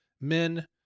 men